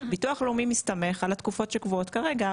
ביטוח לאומי מסתמך על התקופות שקבועות כרגע,